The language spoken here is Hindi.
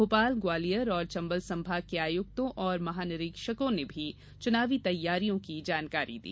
भोपाल ग्वालियर एवं चंबल संभाग के आयुक्तों और महानिरीक्षकों ने भी चुनावी तैयारियों की जानकारी दी